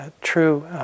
true